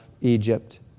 Egypt